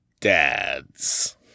dads